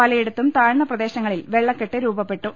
പലയിടത്തും താഴ്ന്ന പ്രദേശങ്ങളിൽ വെള്ളക്കെട്ട് രൂപ പ്പെട്ടു